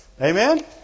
Amen